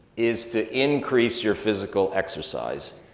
is to increase your physical exercise.